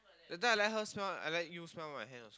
that time I let her smell I let you smell my hand also